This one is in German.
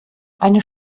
eine